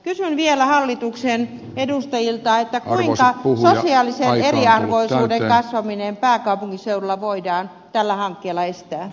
kysyn vielä hallituksen edustajilta kuinka sosiaalisen eriarvoisuuden kasvaminen pääkaupunkiseudulla voidaan tällä hankkeella estää